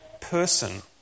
person